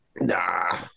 Nah